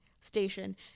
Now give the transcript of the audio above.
station